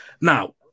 now